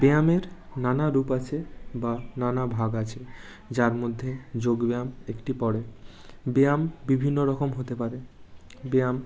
ব্যায়ামের নানা রূপ আছে বা নানা ভাগ আছে যার মধ্যে যোগব্যায়াম একটি পড়ে ব্যায়াম বিভিন্ন রকম হতে পারে ব্যায়াম